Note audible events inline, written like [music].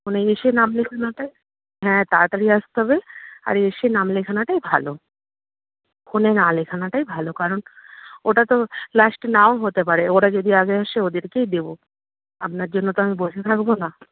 [unintelligible] এসে নাম লেখানোটা হ্যাঁ তাড়াতাড়ি আসতে হবে আর এসে নাম লেখানোটাই ভালো ফোনে না লেখানোটাই ভালো কারণ ওটা তো লাস্টে না ও হতে পারে ওরা যদি আগে আসে ওদেরকেই দেবো আপনার জন্য তো আমি বসে থাকবো না